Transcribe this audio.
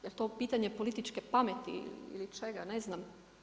Jel to pitanje političke pameti ili čega, ne znam.